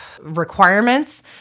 requirements